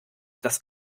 das